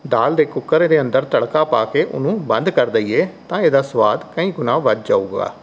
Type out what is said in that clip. ਦਾਲ ਦੇ ਕੂਕਰ ਦੇ ਅੰਦਰ ਤੜਕਾ ਪਾ ਕੇ ਉਹਨੂੰ ਬੰਦ ਕਰ ਦੇਈਏ ਤਾਂ ਇਹਦਾ ਸਵਾਦ ਕਈ ਗੁਣਾ ਵੱਧ ਜਾਊਗਾ